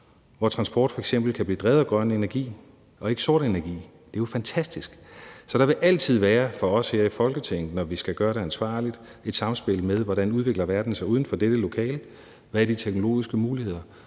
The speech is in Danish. sort energi, og det ligger også i fremskrivningerne mod 2030. Det er jo fantastisk. Så der vil altid for os her i Folketinget, når vi skal gøre det ansvarligt, være et samspil med, hvordan verden udvikler sig uden for dette lokale, hvad de teknologiske muligheder